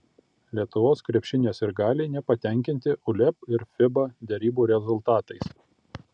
lietuvos krepšinio sirgaliai nepatenkinti uleb ir fiba derybų rezultatais